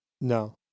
No